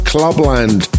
Clubland